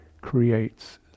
creates